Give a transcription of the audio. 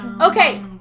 Okay